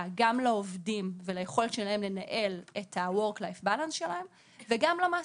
גם לעובדים וליכולת שלהם לנהל את ה-work life balance שלהם וגם למעסיקים.